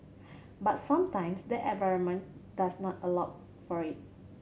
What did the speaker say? but sometimes the environment does not allow for it